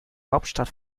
hauptstadt